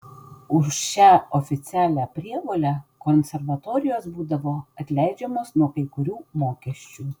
už šią oficialią prievolę konservatorijos būdavo atleidžiamos nuo kai kurių mokesčių